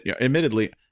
admittedly